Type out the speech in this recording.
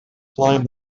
climbed